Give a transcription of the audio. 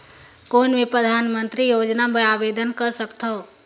कौन मैं परधानमंतरी योजना बर आवेदन कर सकथव?